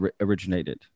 originated